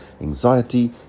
anxiety